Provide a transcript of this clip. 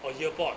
or ear pod